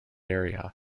area